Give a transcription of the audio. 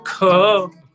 come